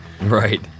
Right